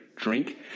Drink